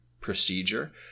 procedure